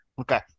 okay